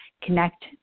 connect